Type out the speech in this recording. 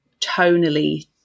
tonally